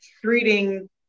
treating